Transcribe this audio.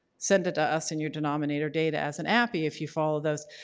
send it to us in your denominator data as an appy if you follow those.